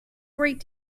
great